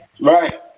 right